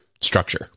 structure